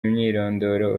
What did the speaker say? imyirondoro